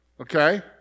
okay